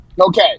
Okay